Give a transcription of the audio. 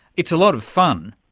it's a lot of fun.